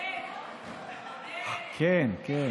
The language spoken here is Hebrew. כן, כן.